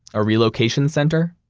a relocation center?